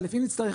א' אם נצטרך,